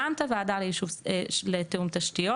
גם את הוועדה לתיאום תשתיות.